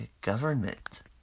government